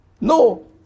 No